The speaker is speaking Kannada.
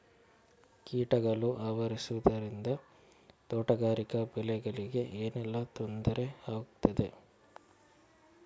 ಕೀಟಗಳು ಆವರಿಸುದರಿಂದ ತೋಟಗಾರಿಕಾ ಬೆಳೆಗಳಿಗೆ ಏನೆಲ್ಲಾ ತೊಂದರೆ ಆಗ್ತದೆ?